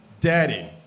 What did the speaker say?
Daddy